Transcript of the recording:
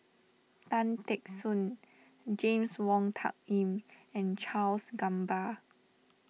Tan Teck Soon James Wong Tuck Yim and Charles Gamba